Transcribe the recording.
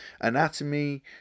anatomy